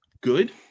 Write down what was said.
good